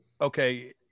okay